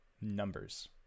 numbers